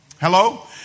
Hello